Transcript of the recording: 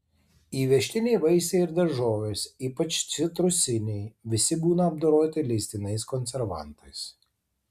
įvežtiniai vaisiai ir daržovės ypač citrusiniai visi būna apdoroti leistinais konservantais